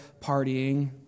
partying